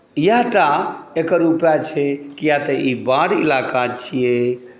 इएह टा एकर उपाय छै किएक तऽ ई बाढ़ इलाका छियै